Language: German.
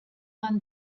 man